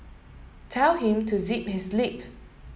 tell him to zip his lip